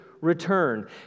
return